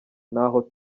ntaho